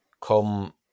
come